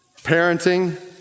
parenting